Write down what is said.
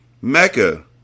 Mecca